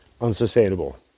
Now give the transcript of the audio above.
unsustainable